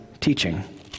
teaching